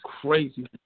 crazy